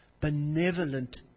Benevolent